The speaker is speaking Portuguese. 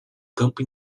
campo